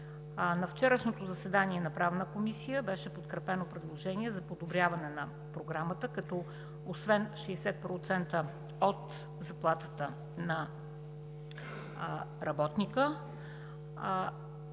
На вчерашното заседание на Правна комисия беше подкрепено предложение за подобряване на Програмата, като освен 60% от заплатата на работника,